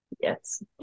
Yes